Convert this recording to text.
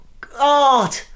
God